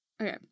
Okay